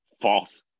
False